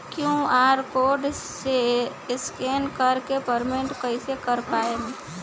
QR code से scan कर के पेमेंट कइसे कर पाएम?